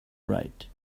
right